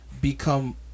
become